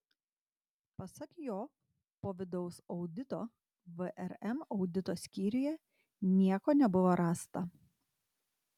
pasak jo po vidaus audito vrm audito skyriuje nieko nebuvo rasta